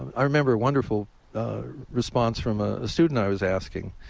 i remember a wonderful response from ah a student i was asking.